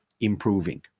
improving